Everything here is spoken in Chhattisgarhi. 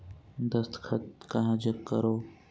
दस्खत कहा जग करो?